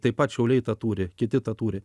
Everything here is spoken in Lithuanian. taip pat šiauliai tą turi kiti tą turi